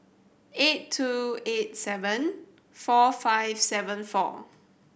eight two eight seven four five seven four